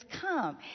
come